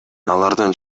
алардын